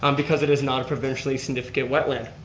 um because it is not a provincially significant wetland.